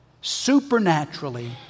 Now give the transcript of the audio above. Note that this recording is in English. supernaturally